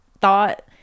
thought